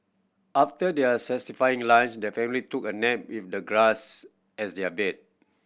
after their satisfying lunch the family took a nap with the grass as their bed